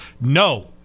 No